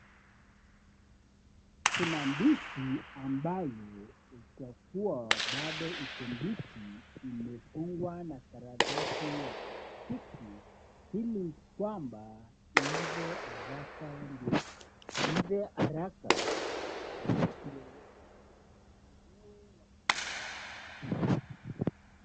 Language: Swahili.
Kuna ndizi ambayo itakuwa bado iko mbichi imefungwa na karatasi ya plastiki ili kwamba iive haraka. Ili iive haraka ndio wameiwekea kwa wakati wa kutumika.